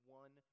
one